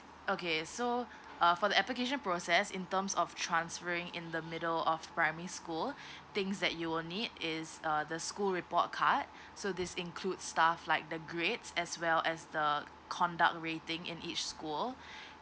okay so uh for the application process in terms of transferring in the middle of primary school things that you will need is uh the school report card so this includes stuff like the grades as well as the conduct rating in each school